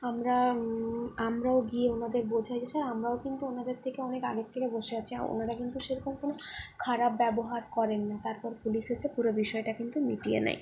আমরা আমরাও গিয়েও ওনাদের বোঝাই যে স্যার আমরাও কিন্তু ওনাদের থেকে অনেক আগের থেকে বসে আছি ওনারা কিন্তু সেরকম কোনো খারাপ ব্যবহার করেননি তারপর পুলিশ এসে পুরো বিষয়টা কিন্তু মিটিয়ে নেয়